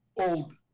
old